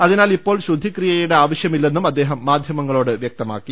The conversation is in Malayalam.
അതിനാൽ ഇപ്പോൾ ശുദ്ധിക്രിയയുടെ ആവശ്യമില്ലെന്നും അദ്ദേഹം മാധ്യമങ്ങളോട് പറഞ്ഞു